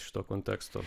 šito konteksto